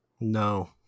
No